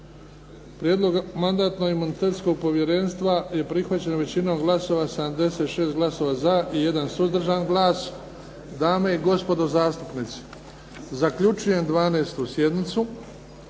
Prijedlog Mandatno-imunitetnog povjerenstva je prihvaćen većinom glasova sa 76 glasova za i 1 suzdržan glas. Dame i gospodo zastupnici, zaključujem 12. sjednicu.